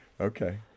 Okay